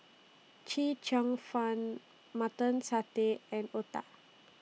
Chee Cheong Fun Mutton Satay and Otah